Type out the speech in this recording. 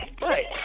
right